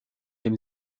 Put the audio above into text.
dem